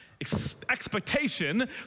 Expectation